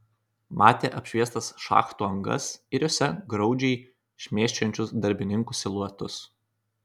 matė apšviestas šachtų angas ir jose graudžiai šmėsčiojančius darbininkų siluetus